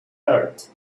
heart